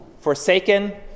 forsaken